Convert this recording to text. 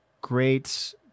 great